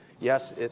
yes